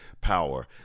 power